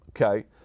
Okay